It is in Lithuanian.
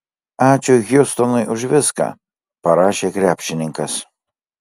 ačiū hjustonui už viską parašė krepšininkas